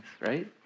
right